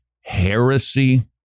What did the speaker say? heresy